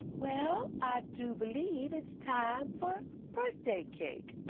well, i do believe it's time for birthday cake.